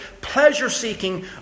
pleasure-seeking